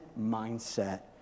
mindset